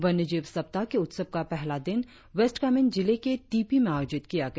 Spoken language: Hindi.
वन्यजीव सप्ताह के उत्सव का पहला दिन वेस्ट कामेंग जिले के तिप्पी में आयोजित किया गया